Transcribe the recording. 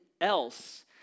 else